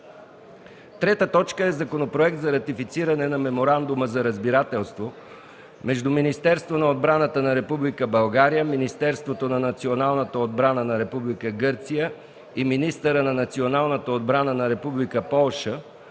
относно Законопроект за ратифициране на Меморандума за разбирателство между Министерството на отбраната на Република България, Министерството на националната отбрана на Република Гърция и министъра на националната отбрана на Република Полша